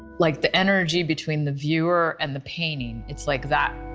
like the energy between the viewer and the painting, it's like that,